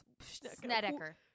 Snedeker